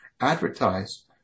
advertise